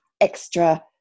extra